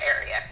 area